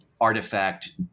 artifact